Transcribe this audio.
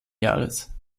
jahres